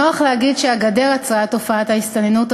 נוח להגיד שהגדר עצרה את תופעת ההסתננות,